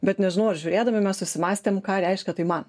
bet nežinau ar žiūrėdami mes susimąstėm ką reiškia tai man